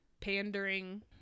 Pandering